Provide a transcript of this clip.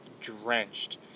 drenched